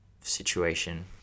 situation